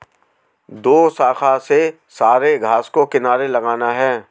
दोशाखा से सारे घास को किनारे लगाना है